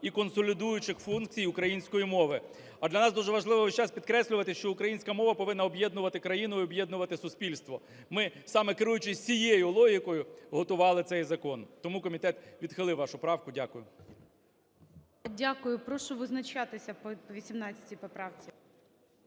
і консолідуючих функцій української мови. А для нас дуже важливо весь час підкреслювати, що українська мова повинна об'єднувати країну і об'єднувати суспільство. Ми саме керуючись цією логікою готували цей закон. Тому комітет відхилив вашу правку. Дякую. ГОЛОВУЮЧИЙ. Дякую. Прошу визначатися по 18 поправці.